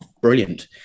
brilliant